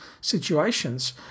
situations